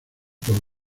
por